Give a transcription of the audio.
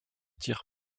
tir